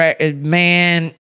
man